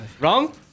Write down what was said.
Wrong